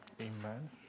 Amen